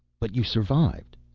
but you survived.